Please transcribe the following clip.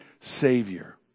Savior